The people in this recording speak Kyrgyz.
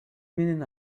менен